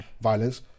violence